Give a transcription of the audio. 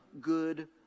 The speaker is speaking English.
Good